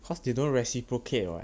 cause they don't reciprocate mah